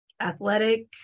athletic